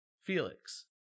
Felix